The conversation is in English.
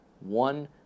one